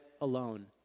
alone